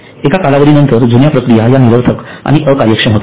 एका कालावधी नंतर जुन्या प्रक्रिया या निरर्थक आणि अकार्यक्षम होतात